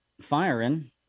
firing